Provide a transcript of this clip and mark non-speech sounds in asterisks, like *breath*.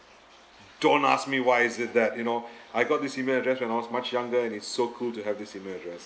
don't ask me why is it that you know *breath* I got this email address when I was much younger and it's so cool to have this email address